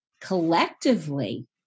collectively